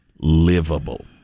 livable